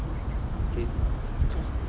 okay